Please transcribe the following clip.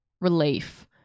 relief